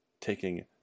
Taking